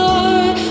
Lord